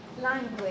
language